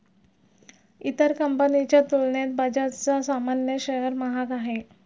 इतर कंपनीच्या तुलनेत बजाजचा सामान्य शेअर महाग आहे